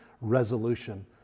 resolution